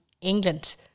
England